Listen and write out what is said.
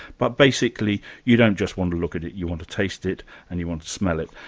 but basically you don't just want to look at it, you want to taste it and you want to smell it.